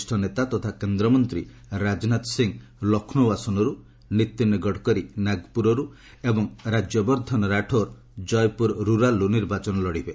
ବରିଷ ନେତା ତଥା କେନ୍ଦ୍ରମନ୍ତ୍ରୀ ରାଜନାଥ ସିଂ ଲକ୍ଷ୍ନୌ ଆସନରୁ ନୀତିନ୍ ଗଡ଼କରୀ ନାଗପୁରରୁ ଏବଂ ରାଜ୍ୟବର୍ଦ୍ଧନ୍ ରାଠୋର୍ କୟପୁର ରୁରାଲ୍ରୁ ନିର୍ବାଚନ ଲଢ଼ିବେ